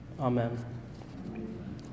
Amen